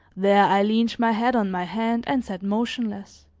there, i leaned my head on my hand and sat motionless.